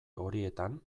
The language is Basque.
horietan